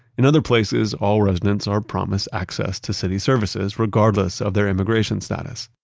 in other places, all residents are promised access to city services regardless of their immigration status.